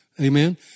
Amen